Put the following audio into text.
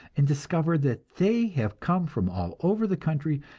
and discover that they have come from all over the country,